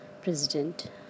President